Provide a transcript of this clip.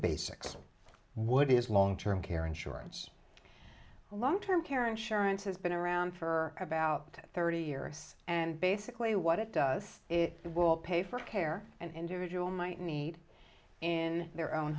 basics wood is long term care insurance long term care insurance has been around for about thirty years and basically what it does it will pay for care an individual might need in their own